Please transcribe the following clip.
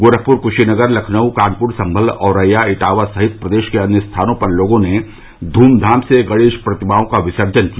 गोरखपुर कुशीनगर लखनऊ कानपुर सम्भल औरैया इटावा सहित प्रदेश के अन्य स्थानों पर लोगों ने ध्मधाम से गणेश प्रतिमाओं का विसर्जन किया